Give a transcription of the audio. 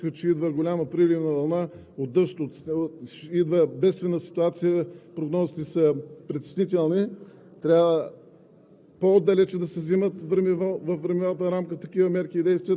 и далеч преди да настъпят такива събития, както и сега, метеоролозите посочиха, че идва голяма приливна вълна от дъжд, идва бедствена ситуация, прогнозите са притеснителни,